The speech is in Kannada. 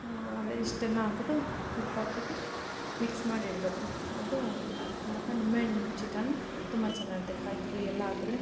ಹಾಂ ಅದೇ ಇಷ್ಟನ್ನು ಹಾಕ್ಬಿಟ್ಟು ಉಪ್ಪು ಹಾಕ್ಬಿಟ್ಟು ಮಿಕ್ಸ್ ಮಾಡಿಡಬೇಕು ಅದು ಆಗ ನಿಂಬೆಹಣ್ಣಿನ ಚಿತ್ರಾನ್ನ ತುಂಬ ಚೆನ್ನಾಗಿರುತ್ತೆ ಕಾಯಿತುರಿ ಎಲ್ಲ ಹಾಕಿದ್ರೆ